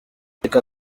reka